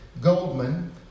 Goldman